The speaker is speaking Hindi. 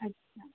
अच्छा